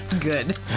Good